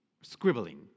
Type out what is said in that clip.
scribbling